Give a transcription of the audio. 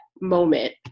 moment